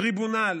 טריבונל